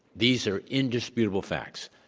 these are indisputable facts.